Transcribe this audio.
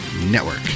Network